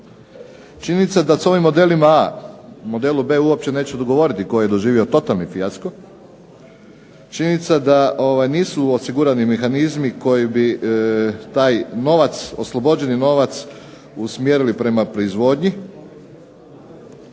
Činjenica je da su ovim modelom A, o modelu B uopće neću govoriti koji je doživio totalni fijasko, činjenica je da nisu osigurani mehanizmi koji bi taj novac, oslobođeni novac usmjerili prema proizvodnji.